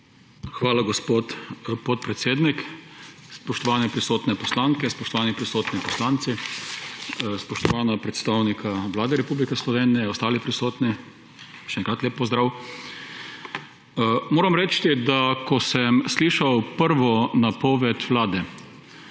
Hvala, gospod podpredsednik. Spoštovane prisotne poslanke, spoštovani prisotni poslanci, spoštovana predstavnika Vlade Republike Slovenije, ostali prisotni, še enkrat lep pozdrav! Moram reči, da ko sem slišal prvo napoved Vlade